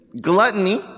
gluttony